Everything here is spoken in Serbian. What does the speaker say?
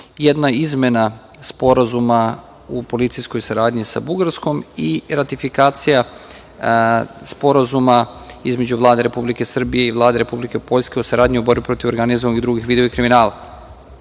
jedna izmena sporazuma u policijskoj saradnji sa Bugarskom i ratifikacija Sporazuma između Vlade Republike Srbije i Vlade Republike Poljske o saradnji u borbi protiv organizovanog i drugih vidova kriminala.U